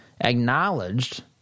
acknowledged